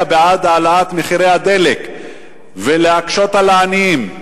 בעד העלאת מחירי הדלק ולהקשות על העניים.